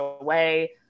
away